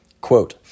Quote